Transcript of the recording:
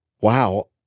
wow